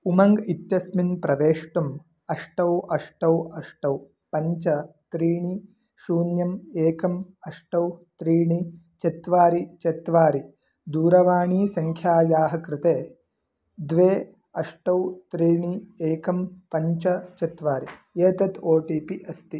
उमङ्ग् इत्यस्मिन् प्रवेष्टुम् अष्ट अष्ट अष्ट पञ्च त्रीणि शून्यम् एकम् अष्ट त्रीणि चत्वारि चत्वारि दूरवाणीसङ्ख्यायाः कृते द्वे अष्ट त्रीणि एकं पञ्च चत्वारि एतत् ओ टि पि अस्ति